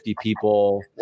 people